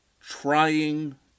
trying